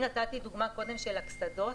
אם קודם נתתי דוגמה של הקסדות,